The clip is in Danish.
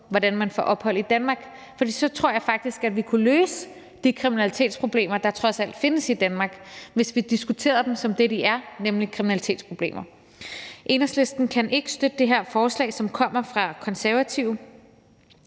hvordan man får opholdstilladelse i Danmark, for så tror jeg faktisk, at vi ville kunne løse de kriminalitetsproblemer, der trods alt findes i Danmark, hvis vi diskuterede dem som det, de er, nemlig kriminalitetsproblemer. Enhedslisten kan ikke støtte det her forslag, som kommer fra De Konservative,